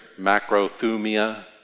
macrothumia